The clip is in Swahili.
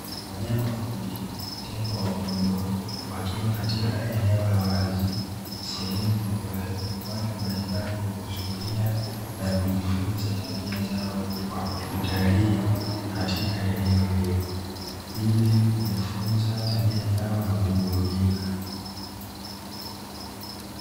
Wanyama wa porini (tembo) wakubwa wakiwa katika eneo la wazi, sehemu ambayo watu mbalimbali huudhuria na kujifunza tabia zao kwa kutalii katika eneo hilo; ili kujifunza tabia zao na kuburudika.